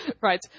Right